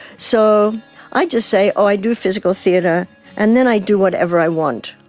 so i just say oh i do physical theatre and then i do whatever i want.